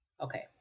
Okay